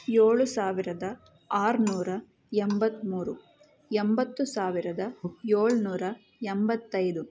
ಏಳು ಸಾವಿರದ ಆರುನೂರ ಎಂಬತ್ಮೂರು ಎಂಬತ್ತು ಸಾವಿರದ ಏಳುನೂರ ಎಂಬತ್ತೈದು